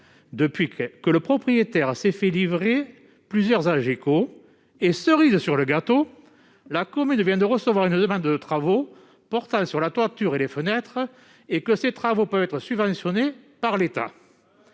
depuis, le propriétaire s'est fait livrer plusieurs Algeco. Cerise sur le gâteau, la commune vient de recevoir une demande préalable de travaux portant sur la toiture et les fenêtres, travaux qui peuvent être subventionnés par l'État.